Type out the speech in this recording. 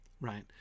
right